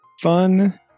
fun